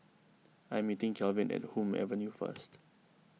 I am meeting Kalvin at Hume Avenue first